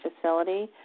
facility